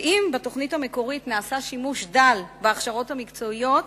שאם בתוכנית המקורית נעשה שימוש דל בהכשרות המקצועיות,